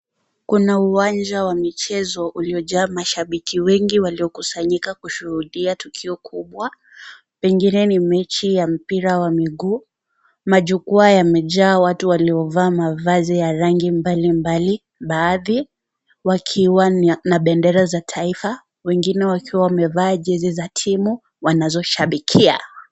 Kuna uwanja wa michezo uliojaa mashabiki wengi waliokusanyika kushuhudia tukio kubwa, pengine ni mechi ya mpira wa miguu. Majukwa yamejaa watu waliovaa mavazi ya rangi mbalimbali, baadhi wakiwa na bendera za taifa, wengine wakiwa wamevaa jezi za timu wanazoshabikia.